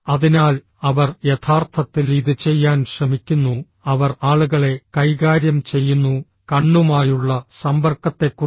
അതിനാൽ അവർ യഥാർത്ഥത്തിൽ ഇത് ചെയ്യാൻ ശ്രമിക്കുന്നു അവർ ആളുകളെ കൈകാര്യം ചെയ്യുന്നു കണ്ണുമായുള്ള സമ്പർക്കത്തെക്കുറിച്ച്